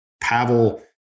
Pavel